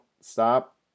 stop